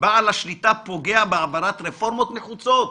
בעל השליטה פוגע בהעברת רפורמות נחוצות.